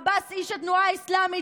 עבאס הוא איש התנועה האסלאמית.